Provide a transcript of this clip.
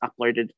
uploaded